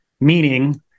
meaning